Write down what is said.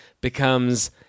becomes